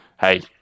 hey